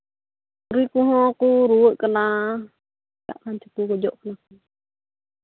ᱥᱩᱠᱨᱤ ᱠᱚᱦᱚᱸ ᱠᱚ ᱨᱩᱣᱟᱹᱜ ᱠᱟᱱᱟ ᱪᱤᱠᱟᱹᱜ ᱠᱟᱱ ᱪᱚᱠᱚ ᱜᱚᱡᱚᱜ ᱠᱟᱱᱟ ᱠᱚ